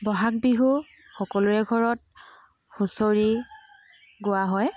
বহাগ বিহু সকলোৰে ঘৰত হুঁচৰি গোৱা হয়